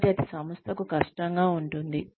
కాబట్టి అది సంస్థకు కష్టంగా ఉంటుంది